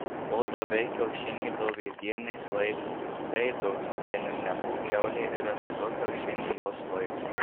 o davei kiaušinį dovydienės vaikui tai dovydiene nebūk kiaulė ir atiduok kiaušinį jos vaikui